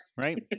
right